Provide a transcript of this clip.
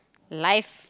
life